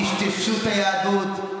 טשטשו את היהדות.